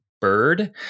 bird